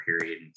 period